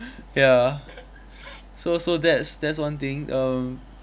ya so so that's that's one thing um